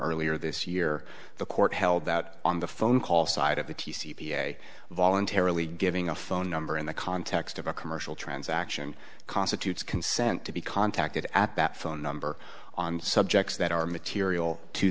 earlier this year the court held that on the phone call side of the t c p a voluntarily giving a phone number in the context of a commercial transaction constitutes consent to be contacted at that phone number on subjects that are material to